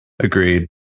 Agreed